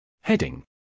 Heading